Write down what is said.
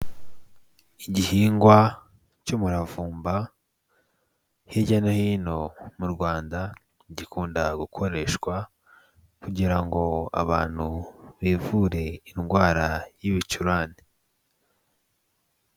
Igihingwa cy'umuravumba hirya no hino mu Rwanda gikunda gukoreshwa kugira ngo abantu bivure indwara y'ibicurane.